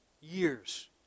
years